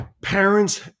Parents